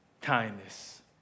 Kindness